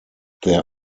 there